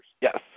Yes